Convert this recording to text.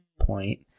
point